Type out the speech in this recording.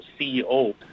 CEO